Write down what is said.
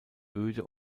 öde